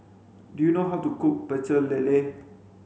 do you know how to cook pecel lele